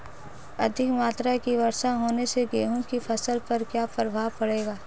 अधिक मात्रा की वर्षा होने से गेहूँ की फसल पर क्या प्रभाव पड़ेगा?